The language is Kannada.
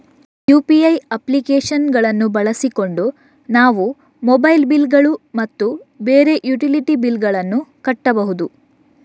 ಯು.ಪಿ.ಐ ಅಪ್ಲಿಕೇಶನ್ ಗಳನ್ನು ಬಳಸಿಕೊಂಡು ನಾವು ಮೊಬೈಲ್ ಬಿಲ್ ಗಳು ಮತ್ತು ಬೇರೆ ಯುಟಿಲಿಟಿ ಬಿಲ್ ಗಳನ್ನು ಕಟ್ಟಬಹುದು